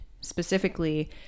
specifically